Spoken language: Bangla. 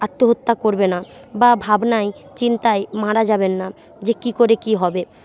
আত্মহত্যা করবে না বা ভাবনায় চিন্তায় মারা যাবেন না যে কী করে কী হবে